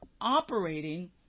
operating